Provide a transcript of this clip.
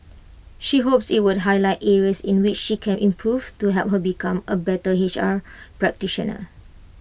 she hopes IT would highlight areas in which she can improve to help her become A better H R practitioner